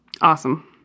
Awesome